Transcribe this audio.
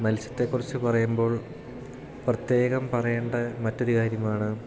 മത്സ്യത്തെക്കുറിച്ച് പറയുമ്പോൾ പ്രത്യേകം പറയേണ്ട മറ്റൊരു കാര്യമാണ്